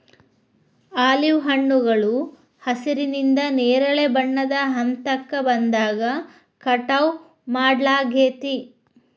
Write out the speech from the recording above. olive ಹಣ್ಣುಗಳು ಹಸಿರಿನಿಂದ ನೇರಳೆ ಬಣ್ಣದ ಹಂತಕ್ಕ ಬಂದಾಗ ಕಟಾವ್ ಮಾಡ್ಲಾಗ್ತೇತಿ